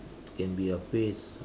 can be a phrase